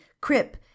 Crip